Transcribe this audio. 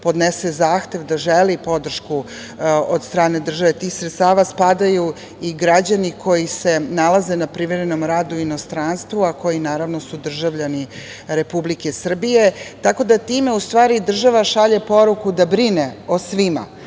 podnese zahtev da želi podršku od strane države, tih sredstava, spadaju i građani koji se nalaze na privremenom rad u inostranstvu, a koji su državljani Republike Srbije, tako da time u stvari država šalje poruku da brine o svima,